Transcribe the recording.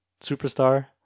superstar